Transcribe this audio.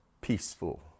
peaceful